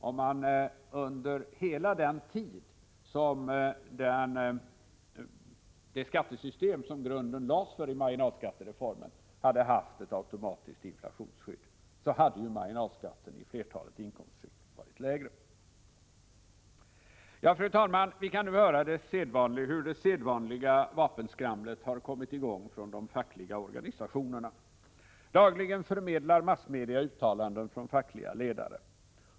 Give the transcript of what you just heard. Om det under hela den tid vi har haft det skattesystem som grunden lades för i marginalskattereformen hade funnits ett automatiskt inflationsskydd, hade marginalskatten i flertalet inkomstskikt varit lägre. Fru talman! Vi kan nu höra hur det sedvanliga vapenskramlet kommit i gång från de fackliga organisationerna. Dagligen förmedlar massmedia uttalanden från fackliga ledare.